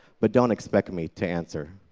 but don't expect me to answer.